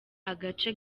agace